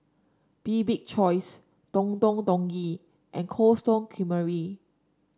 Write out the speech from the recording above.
Bibik Choice Don Don Donki and Cold Stone Creamery